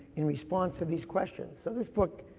in response to these questions. so this book,